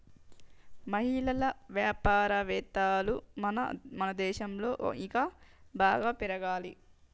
మహిళా వ్యాపారవేత్తలు మన దేశంలో ఇంకా బాగా పెరగాలి